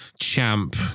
Champ